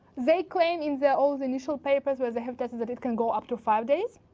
they claim in their old initial papers where they have tested that it can go up to five days,